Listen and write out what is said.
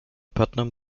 putnam